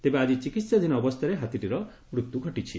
ତେବେ ଆକି ଚିକିହାଧୀନ ଅବସ୍ରାରେ ହାତୀଟିର ମୃତ୍ୟୁ ଘଟିଛି